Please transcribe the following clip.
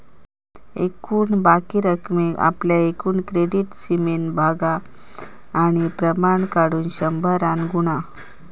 एकूण बाकी रकमेक आपल्या एकूण क्रेडीट सीमेन भागा आणि प्रमाण काढुक शंभरान गुणा